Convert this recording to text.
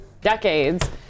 decades